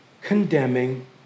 condemning